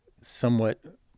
somewhat